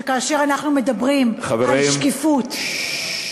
שכאשר אנחנו מדברים על שקיפות, חברים,